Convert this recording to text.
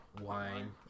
wine